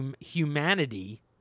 humanity